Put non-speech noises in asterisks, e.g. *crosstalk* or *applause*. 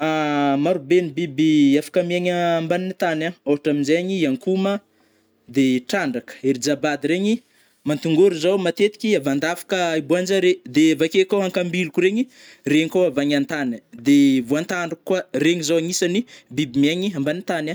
*hesitation* maro be ny biby afaka miaigny *hesitation* ambanigny tany agny, ôhatra amizegny ankoma, de trandraka, ery jabady regny, mantongôry zao matetiky avy andava hiboanjare, de avake kô ankambiloko regny, regny kô avy antany, de *hesitation* voantandroko koa regny zao agnisany biby mihaigny ambany tany a.